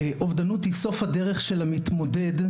אובדנות היא סוף הדרך של המתמודד,